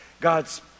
God's